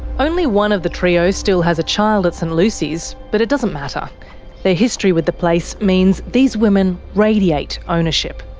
only one of the trio still has a child at st lucy's, but it doesn't matter their history with the place means these women radiate ownership.